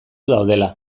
daudela